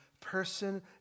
person